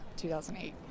2008